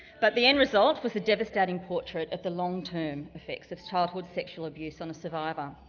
but the end result was a devastating portrait of the long term effects of childhood sexual abuse on a survivor,